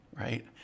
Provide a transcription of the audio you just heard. Right